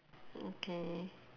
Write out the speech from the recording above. okay